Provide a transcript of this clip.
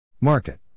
Market